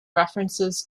references